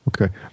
Okay